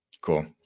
Cool